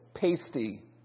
pasty